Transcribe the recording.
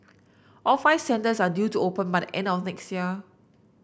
all five centres are due to open by the end of next year